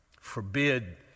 Forbid